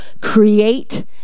create